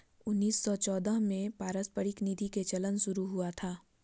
उन्नीस सौ चौदह में पारस्परिक निधि के चलन शुरू हुआ था